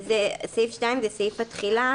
סעיף 2 זה סעיף התחילה,